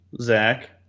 Zach